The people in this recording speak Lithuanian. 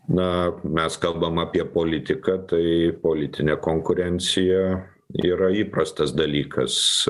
na mes kalbam apie politiką tai politinė konkurencija yra įprastas dalykas